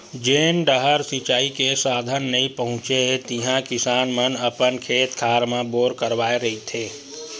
जेन डाहर सिचई के साधन नइ पहुचे हे तिहा किसान मन अपन खेत खार म बोर करवाए रहिथे